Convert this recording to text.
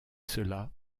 cela